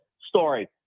story